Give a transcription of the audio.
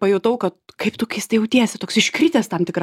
pajutau kad kaip tu keistai jautiesi toks iškritęs tam tikra